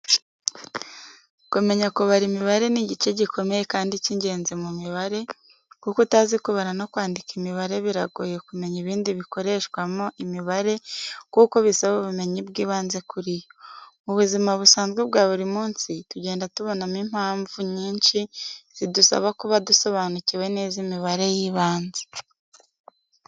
Kumenya kubara imibare ni igice gikomeye cyane kandi cy'ingenzi mu mibare kuko utazi kubara no kwandika imibare biragoye kumenya ibindi bikoreshwamo imibare kuko bisaba ubumenyi bw'ibanze kuri yo. Mu buzima busanzwe bwa buri munsi tugenda tubonamo impamvu nyinshi zidusaba kuba dusobanukiwe neza imibare y'ibanze.